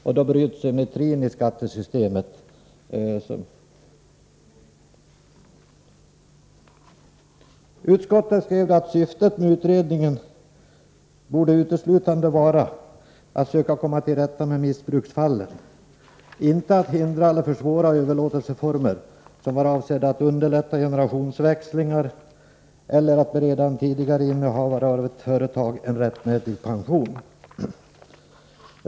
Då bryts symmetrin i skattesystemet. Utskottet skrev då att syftet med utredningen borde uteslutande vara att söka komma till rätta med missbruksfallen, inte att hindra eller försvåra överlåtelseformer som var avsedda att underlätta generationsväxlingar eller att bereda en tidigare innehavare av ett företag en rättmätig pension.